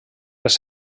les